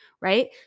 right